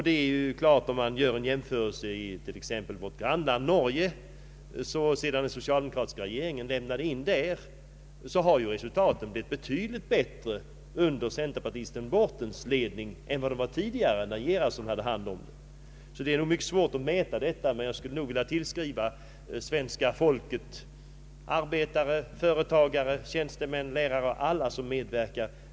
Om man gör en jämförelse med t.ex. vårt grannland Norge så har resultatet där blivit betydligt bättre sedan den socialdemokratiska regeringen lämnade in. Det har blivit bättre där under statsminister Bortens ledning än det var då herr Gerhardsen hade hand om ledningen. Det är nog mycket svårt att mäta vems förtjänsten är till att vi här i Sverige har ett välfärdssamhälle, men jag skulle nog vilja tillskriva den svenska folket: arbetare, företagare, tjänstemän, lärare och alla som medverkar i samhället.